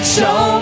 Show